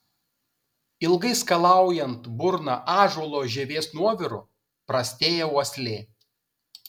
ilgai skalaujant burną ąžuolo žievės nuoviru prastėja uoslė